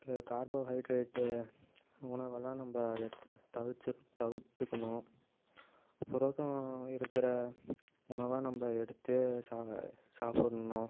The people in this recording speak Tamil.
கார்போஹைட்ரேட்டு உணவுலாம் நம்ப தவிர்ச்சி தவிர்த்துக்கணும் புரதம் இருக்கிற உணவை நம்ப எடுத்து சா சாப்பிட்ணும்